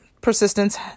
persistence